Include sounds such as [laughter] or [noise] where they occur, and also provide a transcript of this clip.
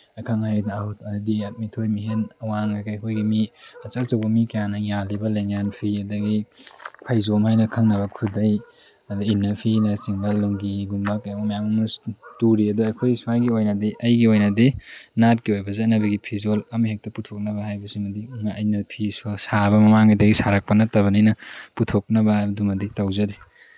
ꯑꯈꯪ ꯑꯍꯩ [unintelligible] ꯍꯥꯏꯗꯤ ꯃꯤꯊꯣꯏ ꯃꯤꯍꯦꯟ ꯀꯩꯀꯩ ꯑꯩꯈꯣꯏꯒꯤ ꯃꯤ ꯑꯆꯧ ꯑꯆꯧꯕ ꯃꯤ ꯀꯌꯥꯅ ꯌꯥꯜꯂꯤꯕ ꯂꯦꯡꯌꯥꯟ ꯐꯤ ꯑꯗꯒꯤ ꯐꯩꯖꯣꯝ ꯍꯥꯏꯅ ꯈꯪꯅꯕ ꯈꯨꯗꯩ ꯑꯗꯒꯤ ꯏꯟꯅꯐꯤꯅꯆꯤꯡꯕ ꯂꯨꯡꯒꯤꯒꯨꯝꯕ ꯀꯔꯤꯒꯨꯝꯕ ꯃꯌꯥꯝ ꯑꯃ ꯇꯨꯔꯤ ꯑꯗ ꯑꯩꯈꯣꯏ ꯁ꯭ꯋꯥꯏꯒꯤ ꯑꯣꯏꯅꯗꯤ ꯑꯩꯒꯤ ꯑꯣꯏꯅꯗꯤ ꯅꯥꯠꯀꯤ ꯑꯣꯏꯕ ꯆꯠꯅꯕꯤꯒꯤ ꯐꯤꯖꯣꯜ ꯑꯃꯍꯦꯛꯇ ꯄꯨꯊꯣꯛꯅꯕ ꯍꯥꯏꯕꯁꯤꯃꯗꯤ ꯑꯩꯅ ꯐꯤ ꯁꯥꯕ ꯃꯃꯥꯡꯉꯩꯗꯒꯤ ꯁꯥꯔꯛꯄ ꯅꯠꯇꯕꯅꯤꯅ ꯄꯨꯊꯣꯛꯅꯕ ꯍꯥꯏꯕꯗꯨꯃꯗꯤ ꯇꯧꯖꯗꯦ